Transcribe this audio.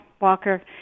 Walker